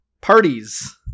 Parties